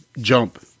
jump